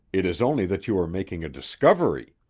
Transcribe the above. it is only that you are making a discovery.